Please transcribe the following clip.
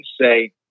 say